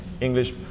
English